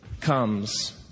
comes